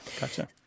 Gotcha